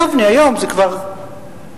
יבנה היום זה כבר גוש-דן,